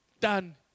done